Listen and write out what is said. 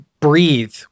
Breathe